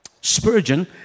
Spurgeon